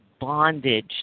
bondage